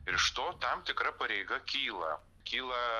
ir iš to tam tikra pareiga kyla kyla